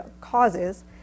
causes